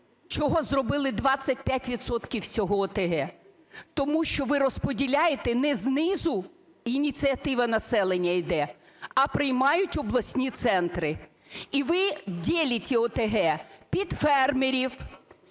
чого зробили 25 відсотків всього ОТГ? Тому що ви розподіляєте не знизу, ініціатива населення йде, а приймають обласні центри. І ви ділите ОТГ під фермерів,